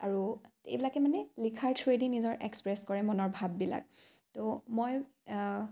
আৰু এইবিলাকে মানে লিখাৰ থ্ৰুৱেদি নিজৰ এক্সপ্ৰেছ কৰে মনৰ ভাৱবিলাক তো মই